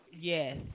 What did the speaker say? Yes